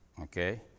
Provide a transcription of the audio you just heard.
Okay